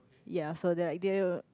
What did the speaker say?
ya so there there